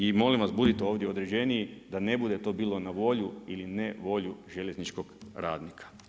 I molim vas budite ovdje određenije, da ne bude to bilo na volju ili ne volju željezničkog radnika.